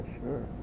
sure